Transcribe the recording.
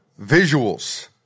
visuals